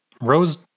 Rose